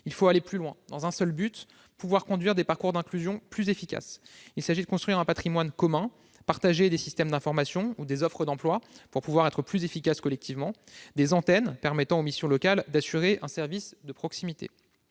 aller plus loin, afin de pouvoir conduire des parcours d'inclusion plus efficaces. Il s'agit de construire un patrimoine commun, de partager des systèmes d'information ou des offres d'emploi pour pouvoir être plus efficaces collectivement, des antennes permettant aux missions locales d'assurer un service de proximité.